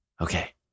Okay